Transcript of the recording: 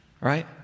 right